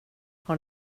har